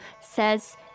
says